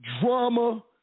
drama